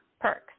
perks